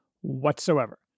whatsoever